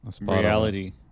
reality